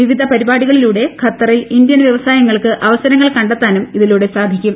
വിവിധ പരിപാടികളിലൂടെ ഖത്തറിൽ ഇന്ത്യൻ വൃവസായങ്ങൾക്ക് അവസരങ്ങൾ കണ്ടെത്താനും ഇതിലൂടെ സാധിക്കും